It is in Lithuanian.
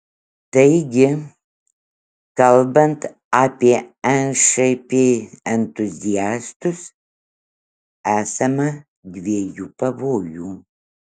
taigi kalbant apie nšp entuziastus esama dviejų pavojų